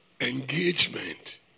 Engagement